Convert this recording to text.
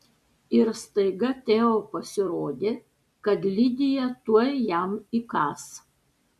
ir staiga teo pasirodė kad lidija tuoj jam įkąs